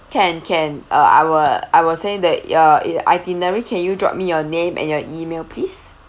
can can uh I will I will send you the uh itinerary can you drop me your name and your email please